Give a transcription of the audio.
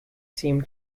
seemed